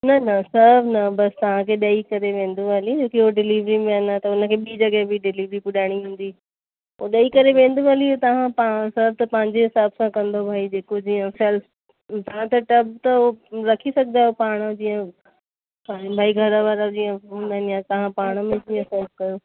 न न सभु न बसि तव्हांखे ॾई करे वेंदो हली छोकी हू डिलीवरी मेन त हुनखे ॿी बि जॻह बि डिलीवरी पुॼाएणी हूंदी हो ॾई करे वेंदो हली तव्हां सर्व त पंहिंजे हिसाब सां कंदव भई जेको जीअं सेल्फ़ टब त हो रखी सघदा आहियो पाण जीअं भई घर वारा जीअं भई तव्हां पाण में जीअं सर्व कयो